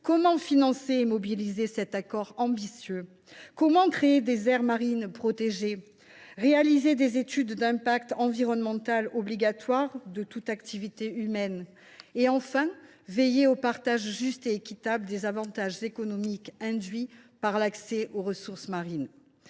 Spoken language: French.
comment financer et mettre en œuvre cet accord ambitieux ? Comment créer des aires marines protégées, respecter l’obligation de réaliser des études d’impact environnemental pour toute activité humaine et, enfin, veiller au partage juste et équitable des avantages économiques induits par l’accès aux ressources marines ?